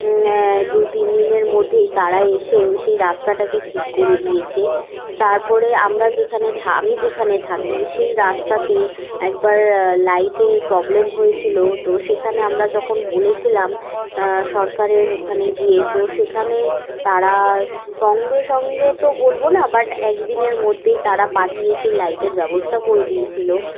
দু তিন দিনের মধ্যেই তারা এসে ওই সেই রাস্তাটাকে ঠিক করে দিয়েছে তারপরে আমরা যেখানে থ আমি যেখানে থাকি সেই রাস্তাতে একবার লাইটের প্রবলেম হয়েছিলো তো সেখানে আমরা যখন বলেছিলাম সরকারের ওখানে গিয়ে তো সেখানে তারা সঙ্গে সঙ্গে তো বলবো না বাট একদিনের মধ্যেই তারা পাঠিয়ে সেই লাইটের ব্যবস্থা করে দিয়েছিলো